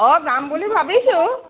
অঁ যাম বুলি ভাবিছোঁ